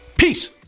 Peace